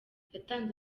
yatanze